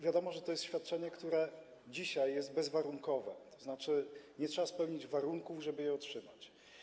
Wiadomo, że to jest świadczenie, które dzisiaj jest bezwarunkowe, tzn. nie trzeba spełnić warunków, żeby je otrzymać.